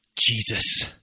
Jesus